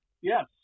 Yes